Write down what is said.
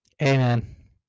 Amen